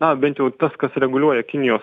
na bent jau tas kas reguliuoja kinijos